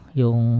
yung